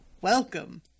Welcome